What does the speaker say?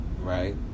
right